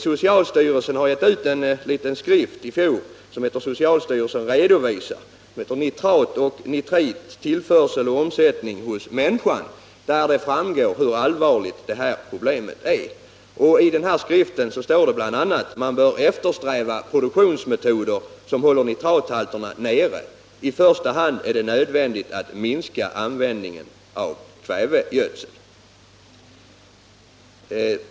Socialstyrelsen gav i fjol ut en liten skrift i serien Socialstyrelsen redovisar, som heter Nitrat och nitrit, tillförsel och omsättning hos människan. Där framgår det hur allvarligt problemet är. I den skriften står det klart att man bör eftersträva produktionsmetoder som håller nitrathalterna nere. I första hand är det nödvändigt att minska användningen av kvävegödsel.